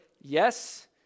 yes